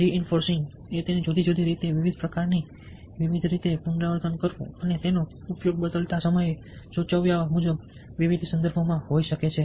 reinforcing એ તેને જુદી જુદી રીતે અને વિવિધ પ્રકારની વિવિધ રીતે પુનરાવર્તન કરવું અને તેનો ઉપયોગ બદલાતા સમયે સૂચવ્યા મુજબ વિવિધ સંદર્ભમાં થઈ શકે છે